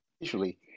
visually